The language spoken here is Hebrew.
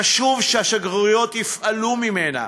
חשוב שהשגרירויות יפעלו ממנה